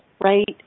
right